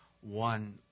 one